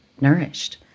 nourished